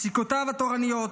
פסיקותיו התורניות,